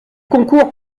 concourt